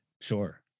Sure